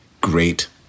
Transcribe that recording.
great